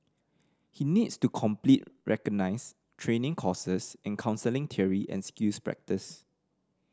he needs to complete recognised training courses in counselling theory and skills practice